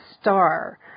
star